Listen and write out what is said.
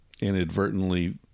inadvertently